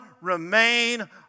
remain